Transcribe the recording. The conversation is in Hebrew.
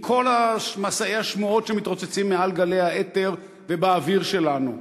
עם כל מסעי השמועות שמתרוצצים מעל גלי האתר ובאוויר שלנו?